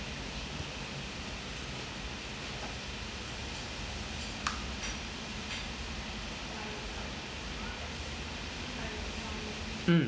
mm